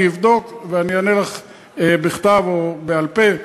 אני אבדוק ואני אענה לך בכתב או בעל-פה,